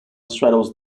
straddles